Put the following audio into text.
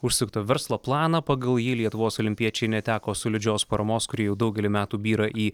užsukto verslo planą pagal jį lietuvos olimpiečiai neteko solidžios paramos kuri jau daugelį metų byra į